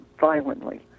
violently